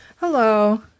Hello